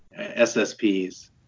SSPs